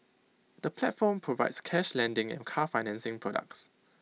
the platform provides cash lending and car financing products